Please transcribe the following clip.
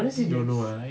M_B_S